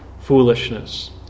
foolishness